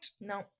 No